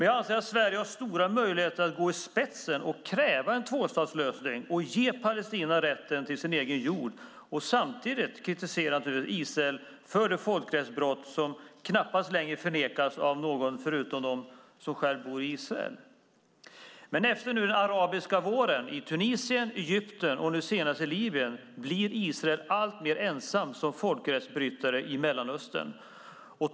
Jag anser att Sverige har stora möjligheter att gå i spetsen och kräva en tvåstatslösning, ge Palestina rätten till sin egen jord och samtidigt kritisera Israel för det folkrättsbrott som knappast förnekas av någon förutom dem som själva bor i Israel. Efter den arabiska våren i Tunisien, Egypten och nu senast i Libyen blir Israel alltmer ensamt som folkrättsbrytare i Mellanöstern.